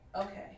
Okay